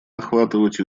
охватывать